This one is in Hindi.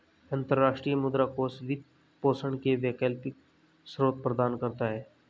अंतर्राष्ट्रीय मुद्रा कोष वित्त पोषण के वैकल्पिक स्रोत प्रदान करता है